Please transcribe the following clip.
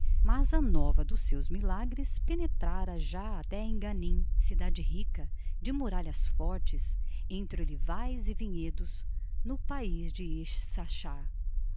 mas a nova dos seus milagres penetrara já até enganim cidade rica de muralhas fortes entre olivais e vinhedos no país de